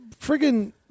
friggin